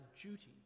duty